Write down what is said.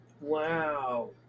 Wow